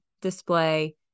display